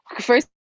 first